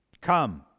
Come